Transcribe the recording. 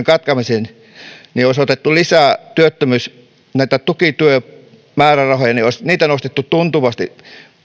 katkaisemiseen olisi otettu lisää näitä tukityömäärärahoja olisi niitä nostettu tuntuvasti